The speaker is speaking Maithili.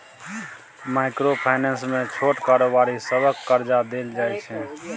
माइक्रो फाइनेंस मे छोट कारोबारी सबकेँ करजा देल जाइ छै